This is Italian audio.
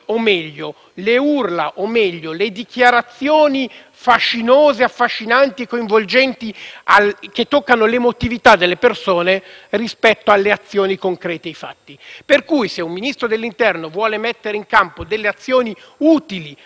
che toccano l'emotività delle persone rispetto alle azioni concrete e ai fatti. Per cui, se un Ministro dell'interno vuole mettere in campo delle azioni utili a governare il fenomeno dell'immigrazione non ha bisogno di fare ciò che fa il nostro attuale Ministro dell'interno;